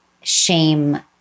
shame